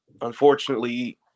Unfortunately